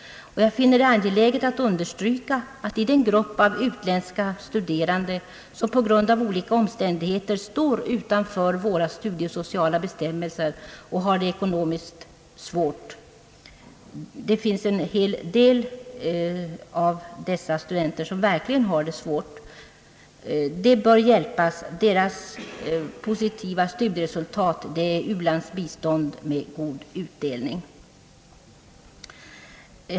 Jag finner det angeläget att understryka att i den grupp av utländska studerande som berörs av denna utredning finns åtskilliga studieinriktade studerande som på grund av olika omständigheter står utanför våra studiesociala bestämmelser och har det ekonomiskt svårt. De bör hjälpas. Deras positiva studieresultat är u-landsbistånd med god utdelning.